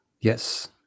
yes